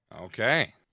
Okay